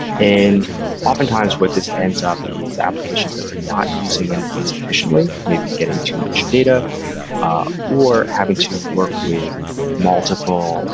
and oftentimes, what this ends up is applications that are not using endpoints efficiently, maybe getting too much data or having to work with multiple